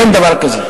אין דבר כזה.